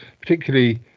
particularly